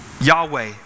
Yahweh